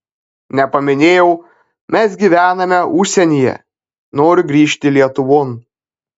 nepaminėjau mes gyvename užsienyje noriu grįžt lietuvon